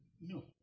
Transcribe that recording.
No